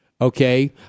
okay